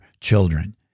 children